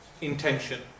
intention